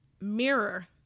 mirror